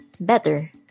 better